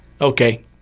Okay